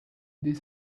this